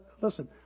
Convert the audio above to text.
listen